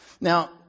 Now